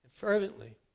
Fervently